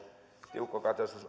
tiukka